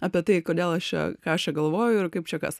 apie tai kodėl aš čia ką aš galvoju ir kaip čia kas